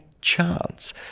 chance